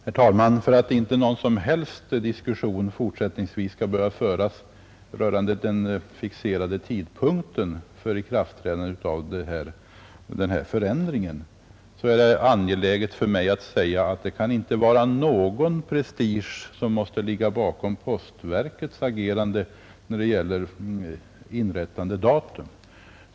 Herr talman! För att inte någon som helst diskussion fortsättningsvis skall behöva föras rörande den fixerade tidpunkten för ikraftträdandet av den här förändringen är det angeläget för mig att säga att det inte kan ligga någon prestige bakom postverkets agerande när det gäller inrättandedatum.